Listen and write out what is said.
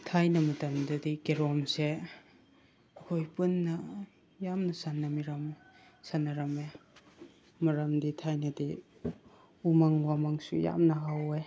ꯊꯥꯏꯅ ꯃꯇꯝꯗꯗꯤ ꯀꯦꯔꯣꯝꯁꯦ ꯑꯩꯈꯣꯏ ꯄꯨꯟꯅ ꯌꯥꯝꯅ ꯁꯥꯟꯅꯔꯝꯃꯦ ꯃꯔꯝꯗꯤ ꯊꯥꯏꯅꯗꯤ ꯎꯃꯪ ꯋꯥꯃꯪꯁꯨ ꯌꯥꯝꯅ ꯍꯧꯋꯦ